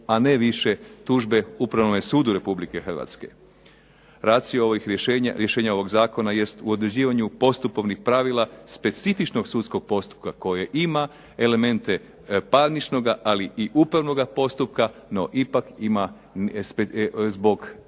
a ne više tužbe Upravnome sudu Republike Hrvatske. Racio ovih rješenja, rješenja ovog zakona jest u određivanju postupovnih pravila specifičnog sudskog postupka koje ima elemente parničnoga, ali i upravnoga postupka, no ipak ima zbog stranaka,